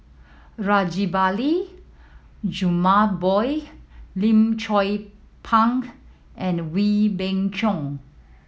Rajabali Jumabhoy Lim Chong Pang and Wee Beng Chong